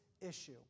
issue